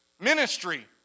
ministry